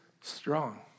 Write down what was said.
strong